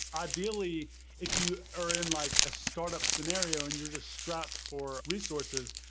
ideally if you are in like a startup scenario and you're just strapped for resources,